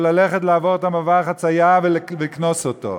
או ללכת לעבור במעבר חציה ולקנוס אותו.